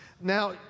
Now